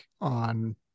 on